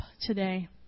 today